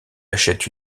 achète